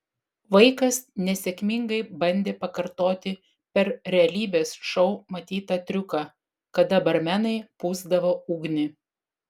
vaikas nesėkmingai bandė pakartoti per realybės šou matytą triuką kada barmenai pūsdavo ugnį